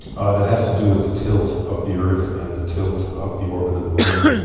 ah that has to do with the tilt of the earth and the tilt of the orbit of the moon.